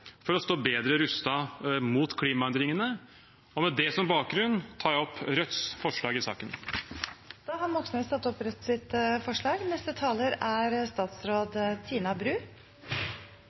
for å stå bedre rustet mot klimaendringene. Med det som bakgrunn tar jeg opp Rødts forslag i saken. Representanten Bjørnar Moxnes har tatt